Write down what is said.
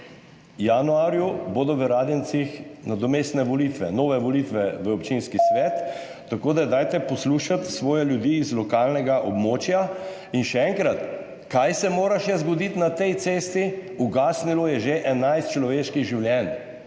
januarju bodo v Radencih nadomestne volitve, nove volitve v občinski svet, tako da dajte poslušati svoje ljudi z lokalnega območja. In še enkrat: kaj se mora zgoditi na tej cesti? Ugasnilo je že 11 človeških življenj,